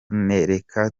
reka